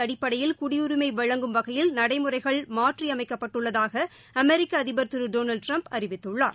அடிப்படையில் குடியுரிமை வழங்கும் வகையில் நடைமுறைகள் தகுதி மாற்றியமைக்கப்பட்டுள்ளதாக அமெரிக்க அதிபர் திரு டொனால்ட் ட்ரம்ப் தெரிவித்துள்ளார்